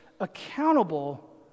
accountable